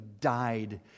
died